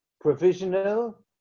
provisional